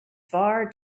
far